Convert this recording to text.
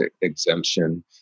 exemption